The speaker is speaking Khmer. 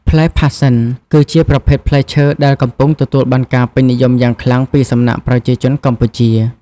ផ្លែផាសសិន គឺជាប្រភេទផ្លែឈើដែលកំពុងទទួលបានការពេញនិយមយ៉ាងខ្លាំងពីសំណាក់ប្រជាជនកម្ពុជា។